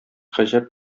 гаҗәп